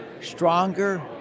stronger